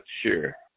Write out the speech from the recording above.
sure